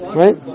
right